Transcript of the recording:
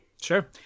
Sure